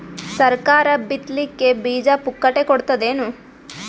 ಸರಕಾರ ಬಿತ್ ಲಿಕ್ಕೆ ಬೀಜ ಪುಕ್ಕಟೆ ಕೊಡತದೇನು?